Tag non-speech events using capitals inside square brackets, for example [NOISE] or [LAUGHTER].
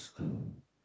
[BREATH]